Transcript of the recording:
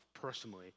personally